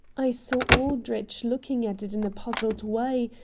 i saw aldrich looking at it in a puzzled way,